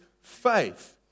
faith